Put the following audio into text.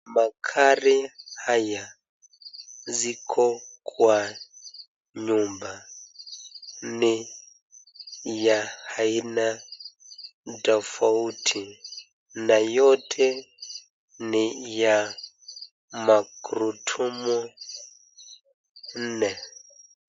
Magari haya ziko kwa nyumba ni ya aina tofauti na yote ni ya magurudumu nne.